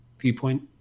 viewpoint